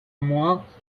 amiens